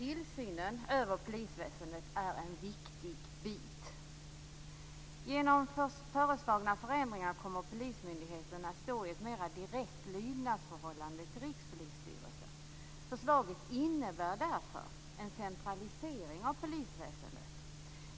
Tillsynen över polisväsendet är en viktig bit. Genom föreslagna förändringar kommer polismyndigheterna att stå i ett mer direkt lydnadsförhållande till Rikspolisstyrelsen. Förslaget innebär därför en centralisering av polisväsendet.